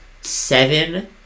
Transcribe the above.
seven